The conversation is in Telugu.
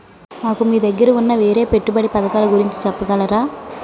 నాకు మీ దగ్గర ఉన్న వేరే పెట్టుబడి పథకాలుగురించి చెప్పగలరా?